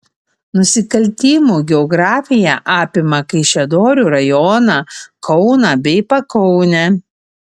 nusikaltimų geografija apima kaišiadorių rajoną kauną bei pakaunę